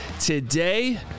today